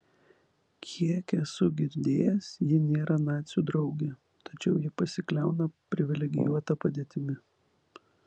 kiek esu girdėjęs ji nėra nacių draugė tačiau ji pasikliauna privilegijuota padėtimi